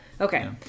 Okay